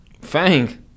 Fang